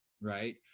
Right